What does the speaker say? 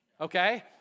Okay